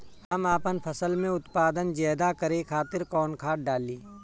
हम आपन फसल में उत्पादन ज्यदा करे खातिर कौन खाद डाली?